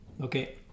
Okay